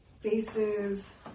Faces